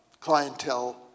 clientele